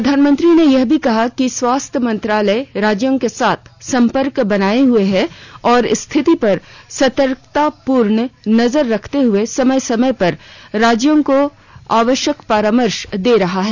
प्रधानमंत्री ने यह भी कहा कि स्वास्थ्य मंत्रालय राज्यों के साथ सम्पर्क बनाए हुए है और स्थिति पर सतर्कतापूर्ण नजर रखते हुए समय समय पर राज्यों को आवश्यक परामर्श दे रहा है